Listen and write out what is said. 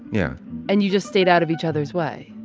yeah and you just stayed out of each other's way?